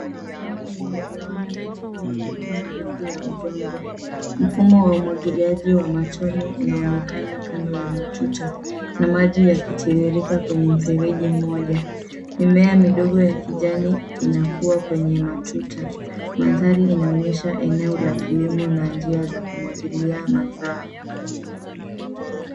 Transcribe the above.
Shamba limegewanywa katika matuta marefu ya udongo. Mfumo wa umwagiliaji wa matone unaonekana kando ya matuta na maji yakitiririka kwenye mfereji moja. Mimea midogo ya kijani inakua kwenye matuta. Manthari inaonyesha eneo la kilimo na njia za kumwagilia mazao.